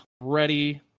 ready